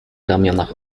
ramionach